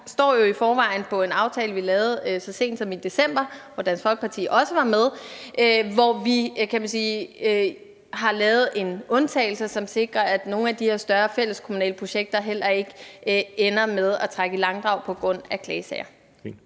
Vi står jo i forvejen på ryggen af en aftale, vi lavede så sent som i december, som Dansk Folkeparti også var med i, og vi har lavet en undtagelse, som sikrer, at nogle af de her større fælleskommunale projekter heller ikke ender med at trække i langdrag på grund af klagesager.